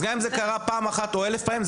גם אם זה קרה פעם אחת או אלף פעמים,